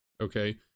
Okay